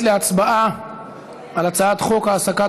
אנחנו נעבור כעת להצבעה על הצעת חוק העסקת